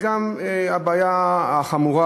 והבעיה חמורה,